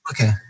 Okay